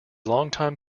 longtime